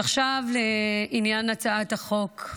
עכשיו לעניין הצעת החוק.